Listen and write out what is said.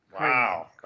Wow